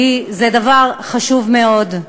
כי זה דבר חשוב מאוד.